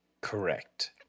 Correct